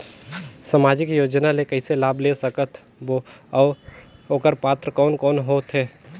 समाजिक योजना ले कइसे लाभ ले सकत बो और ओकर पात्र कोन कोन हो थे?